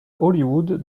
hollywood